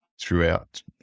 throughout